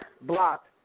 Block